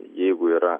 jeigu yra